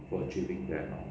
for achieving that lor